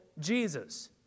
Jesus